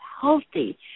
healthy